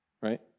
right